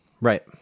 right